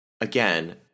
again